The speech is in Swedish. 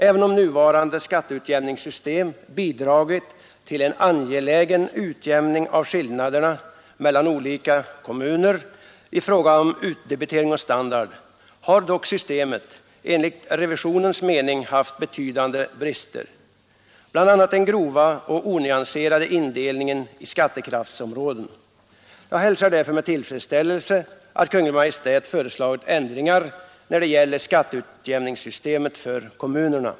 Även om nuvarande skatteutjämningssystem bidragit till en angelägen utjämning av skillnaderna mellan olika kommuner i fråga om utdebitering och standard, har dock systemet enligt skatteutjämningsrevisionens mening haft betydande brister, bl.a. den grova och onyanserade indelningen i skattekraftsområden. Jag hälsar därför med tillfredsställelse att Kungl. Maj:t föreslagit ändringar när det gäller skatteutjämningssystemet för kommunerna.